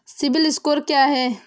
CIBIL score क्या है?